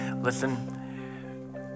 Listen